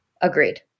Agreed